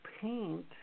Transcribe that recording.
paint